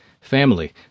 Family